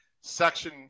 section